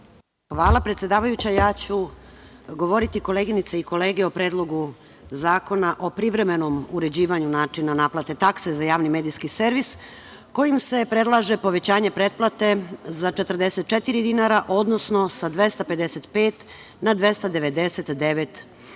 Hvala, predsedavajuća. Koleginice i kolege, govoriću o Predlogu zakona o privremenom uređivanju načina naplate takse za javni medijski servis kojim se predlaže povećanje pretplate za 44 dinara, odnosno sa 255 na 299 dinara. Ovim